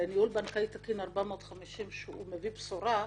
לניהול בנקאי תקין 450 שמביא בשורה,